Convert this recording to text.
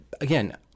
again